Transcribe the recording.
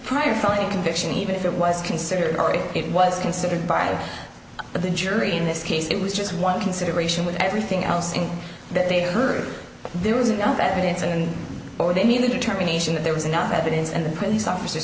prior felony conviction even if it was considered or if it was considered by the jury in this case it was just one consideration with everything else in that they heard there was enough evidence and they made the determination that there was enough evidence and the police officers